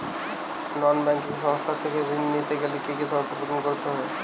নন banking সংস্থা থেকে ঋণ নিতে গেলে কি কি শর্ত পূরণ করতে হয়?